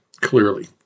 clearly